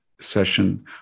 session